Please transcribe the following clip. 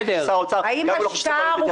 אני לא חושב ששר האוצר --- ליחס חוב-תוצר.